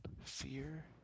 Fear